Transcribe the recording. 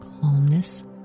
calmness